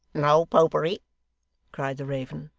no popery cried the raven.